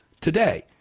today